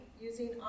using